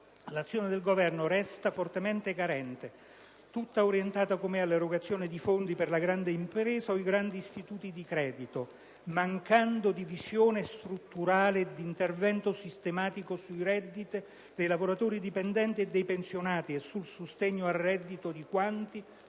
l'azione del Governo resta, a nostro avviso, fortemente carente, tutta orientata come è all'erogazione di fondi per la grande impresa o i grandi istituti di credito, mancando di visione strutturale e di intervento sistematico sui redditi dei lavoratori dipendenti e dei pensionati e sul sostegno al reddito di quanti